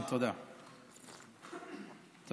אני